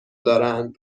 دارند